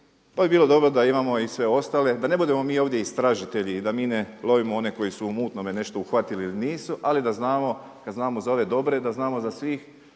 pa bi bilo dobro da imamo i sve ostale da ne budemo mi ovdje istražitelji i da mi ne lovimo one koji su u mutnome nešto uhvatili ili nisu, ali da znamo, kad znamo za ove dobre, da znamo za svih